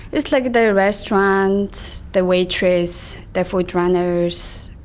just like the restaurant, the waitress, the food runners,